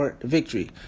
victory